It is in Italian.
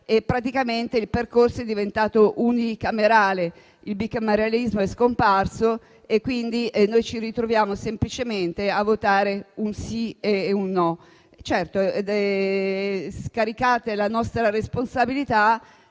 praticamente il percorso è diventato unicamerale; il bicameralismo di fatto è scomparso e quindi noi ci ritroviamo semplicemente a votare un sì o un no.